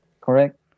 Correct